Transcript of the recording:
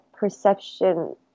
perception